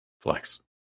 flex